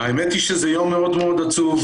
האמת היא שזה יום מאוד מאוד עצוב,